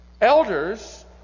elders